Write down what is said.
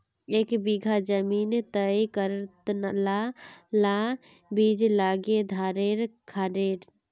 एक बीघा जमीन तय कतला ला बीज लागे धानेर खानेर?